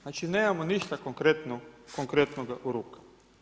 Znači nemamo ništa konkretno u rukama.